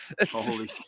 Holy